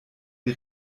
die